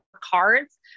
cards